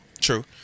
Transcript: True